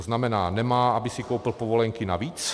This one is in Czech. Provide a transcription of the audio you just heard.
To znamená, nemá, aby si koupil povolenky navíc?